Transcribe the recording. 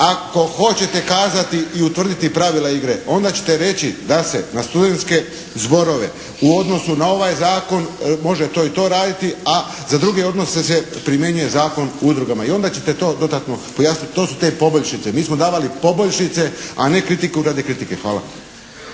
ako hoćete kazati i utvrditi pravila igre, onda ćete reći da se na studentske zborove u odnosu na ovaj zakon može to i to raditi, a za druge odnose se primjenjuje Zakon o udrugama i onda ćete to dodatno pojasnit, to su te poboljšice. Mi smo davali poboljšice, a ne kritiku radi kritike. Hvala.